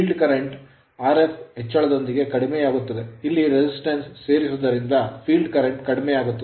field current ಕ್ಷೇತ್ರ current Rf ಹೆಚ್ಚಳದೊಂದಿಗೆ ಕಡಿಮೆಯಾಗುತ್ತದೆ ಇಲ್ಲಿ resistance ಪ್ರತಿರೋಧವನ್ನು ಸೇರಿಸುವುದರಿಂದ field current ಕ್ಷೇತ್ರ ಕರೆಂಟ್ ಕಡಿಮೆಯಾಗುತ್ತದೆ